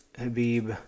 Habib